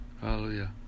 Hallelujah